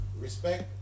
Respect